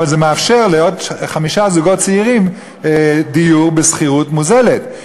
אבל זה מאפשר לעוד חמישה זוגות צעירים דיור בשכירות מוזלת.